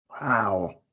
Wow